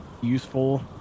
useful